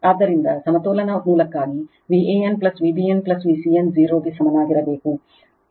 ಆದ್ದರಿಂದ ಸಮತೋಲನ ಮೂಲಕ್ಕಾಗಿ Van Vbn Vcn 0 ಗೆ ಸಮನಾಗಿರಬೇಕು